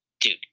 Dude